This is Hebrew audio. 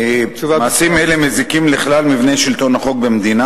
מעשים אלה מזיקים לכלל מבנה שלטון החוק במדינה